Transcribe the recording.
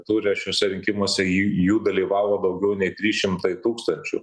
ture šiuose rinkimuose jų dalyvavo daugiau nei trys šimtai tūkstančių